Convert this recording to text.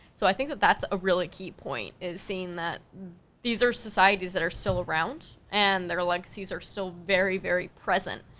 so think that that's a really key point, is seeing that these are societies that are still around, and they are like, so these are still so very very present,